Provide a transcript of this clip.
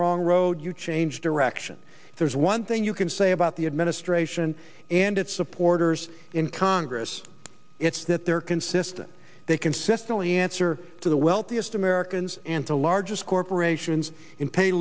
wrong road you change direction there's one thing you can say about the administration and its supporters in congress it's that they're consistent they consistently answer to the wealthiest americans and the largest corporations in pay